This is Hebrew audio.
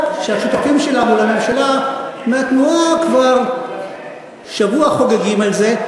שהשותפים שלנו לממשלה מהתנועה כבר שבוע חוגגים על זה,